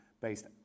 based